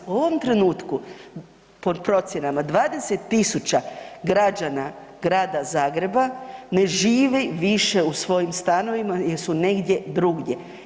U ovom trenutku, po procjenama 20.000 građana Grada Zagreba ne živi više u svojim stanovima jer su negdje drugdje.